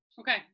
Okay